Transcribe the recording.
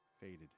faded